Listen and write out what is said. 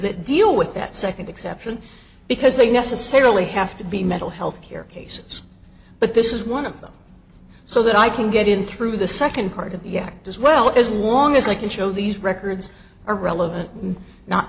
that deal with that second exception because they necessarily have to be mental health care cases but this is one of them so that i can get in through the second part of the act as well as long as they can show these records are relevant not